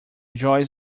joys